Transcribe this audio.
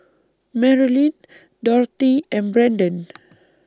Marlyn Dorthy and Brandon